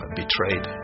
betrayed